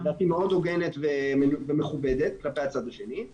לדעתי מאוד הוגנת ומכובדת כלפי הצד השני,